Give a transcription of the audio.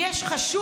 לכן, אם יש חשוד,